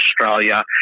Australia